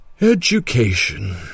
Education